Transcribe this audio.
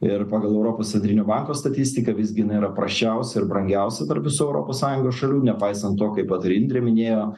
ir pagal europos centrinio banko statistiką visgi jinai yra prasčiausia ir brangiausia tarp visų europos sąjungos šalių nepaisant to kaip vat ir indrė minėjo